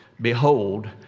behold